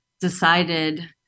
decided